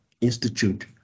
institute